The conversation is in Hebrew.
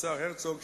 השר הרצוג,